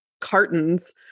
cartons